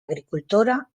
agricultura